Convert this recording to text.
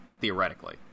theoretically